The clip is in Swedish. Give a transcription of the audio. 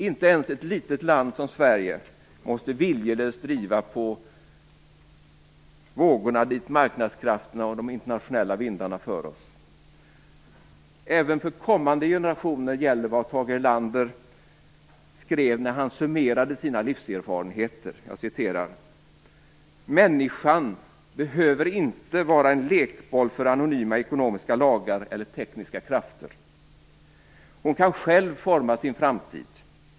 Inte ens ett litet land som Sverige måste viljelöst driva dit marknadskrafterna och de internationella vindarna för oss. Även för kommande generationer gäller vad Tage Erlander skrev när han summerade sina livserfarenheter: Människan behöver inte vara en lekboll för anonyma ekonomiska lagar eller tekniska krafter. Hon kan själv forma sin framtid.